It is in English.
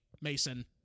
Mason